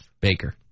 Baker